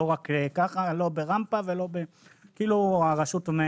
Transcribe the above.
כאילו הרשות,